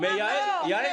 והיא